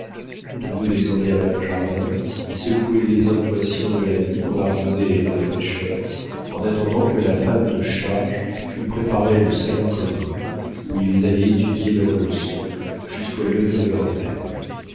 tous deux descendaient alors au jardin y secouaient les impressions de la nuit dans la rosée et la fraîcheur en attendant que la femme de charge eût préparé le salon commun où ils allaient étudier leurs leçons jusqu'au lever de leur mère